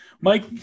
Mike